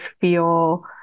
feel